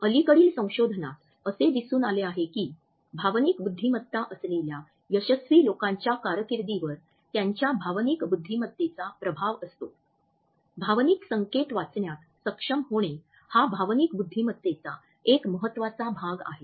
अलीकडील संशोधनात असे दिसून आले आहे की भावनिक बुद्धिमत्ता असलेल्या यशस्वी लोकांच्या कारकीर्दीवर त्यांच्या भावनिक बुद्धिमत्तेचा प्रभाव असतो भावनिक संकेत वाचण्यात सक्षम होणे हा भावनिक बुद्धिमत्तेचा एक महत्त्वाचा भाग आहे